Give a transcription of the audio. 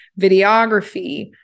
videography